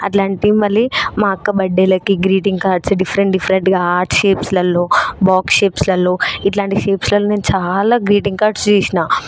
అట్లాంటివి మళ్ళీ మా అక్క బర్త్డేలకి గ్రీటింగ్ కార్డ్స్ డిఫరెంట్ డిఫరెంట్గా హార్ట్ షేప్స్లలో బాక్స్ షేప్స్లలో ఇట్లాంటి షేప్స్లలో నేను చాలా గ్రీటింగ్ కార్డ్స్ చేసినా